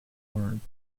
words